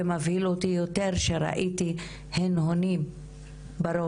ומבהיל אותי יותר שראיתי אין אונים בראש